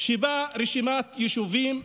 שבה רשימת יישובים: